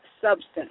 substance